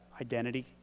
identity